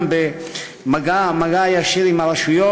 גם במגע ישיר עם הרשויות,